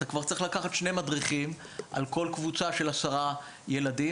אתה כבר צריך לקחת שני מדריכים על כל קבוצה של עשרה ילדים,